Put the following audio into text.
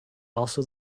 also